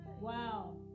Wow